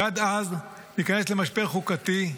ועד אז ניכנס למשבר חוקתי.